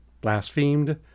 Blasphemed